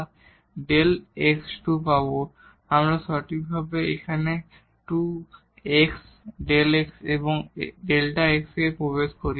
সুতরাং আমরা সঠিকভাবে এখানে 2 x Δ x এবং Δ x এ প্রবেশ করি